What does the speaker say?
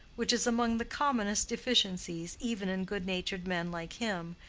which is among the commonest deficiencies, even in good-natured men like him,